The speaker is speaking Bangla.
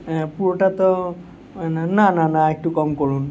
হ্যাঁ পুরোটা তো না না না না একটু কম করুন